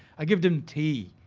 i give them tea,